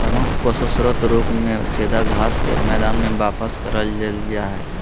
प्रमुख पोषक स्रोत रूप में सीधा घास के मैदान में वापस कर देल जा हइ